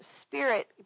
spirit